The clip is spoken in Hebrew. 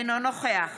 אינו נוכח